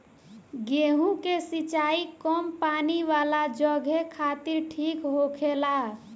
गेंहु के सिंचाई कम पानी वाला जघे खातिर ठीक होखेला